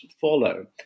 follow